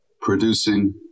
producing